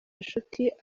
inshuti